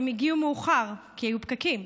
הם הגיעו מאוחר כי היו פקקים.